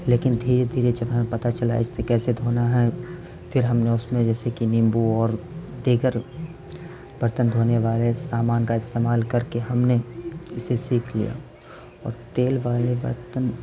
لیکن دھیرے دھیرے جب ہمیں پتہ چلا اسے کیسے دھونا ہے پھر ہم نے اس میں جیسے کہ نیمبو اور دیگر برتن دھونے والے سامان کا استعمال کر کے ہم نے اسے سیکھ لیا اور تیل والے برتن